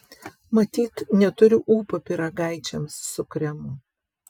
matyt neturiu ūpo pyragaičiams su kremu